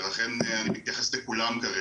כל אחד מהם למקצוע שונה ולכן אני מתייחס לכולם כרגע.